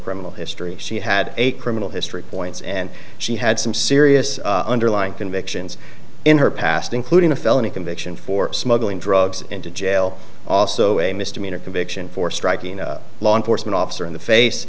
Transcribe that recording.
criminal history she had a criminal history points and she had some serious underlying convictions in her past including a felony conviction for smuggling drugs into jail also a misdemeanor conviction for striking a law enforcement officer in the face